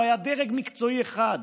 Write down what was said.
לא היה דרג מקצועי אחד,